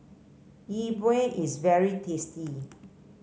Yi Bua is very tasty